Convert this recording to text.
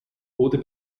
oder